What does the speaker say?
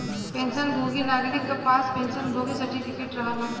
pension भोगी नागरिक क पास पेंशन भोगी सर्टिफिकेट रहेला